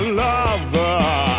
lover